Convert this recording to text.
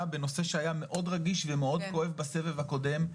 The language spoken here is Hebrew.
בנושא שהיה מאוד רגיש ומאוד כואב בסבב הקודם,